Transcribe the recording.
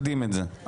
להכניס אותן,